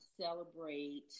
celebrate